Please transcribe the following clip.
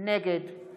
נגד